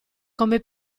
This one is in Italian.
come